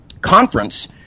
conference